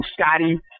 Scotty